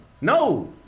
No